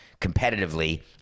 competitively